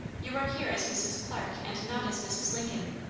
you are here as mrs. clarke and not as mrs. lincoln.